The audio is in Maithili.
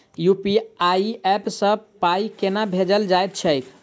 यु.पी.आई ऐप सँ पाई केना भेजल जाइत छैक?